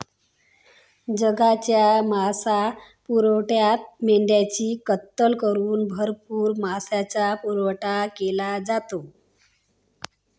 जगाच्या मांसपुरवठ्यात मेंढ्यांची कत्तल करून भरपूर मांसाचा पुरवठा केला जातो